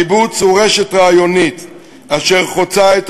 הקיבוץ הוא רשת רעיונית אשר חוצה את